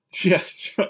yes